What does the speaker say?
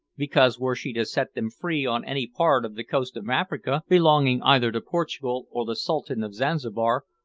because, were she to set them free on any part of the coast of africa, belonging either to portugal or the sultan of zanzibar,